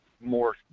More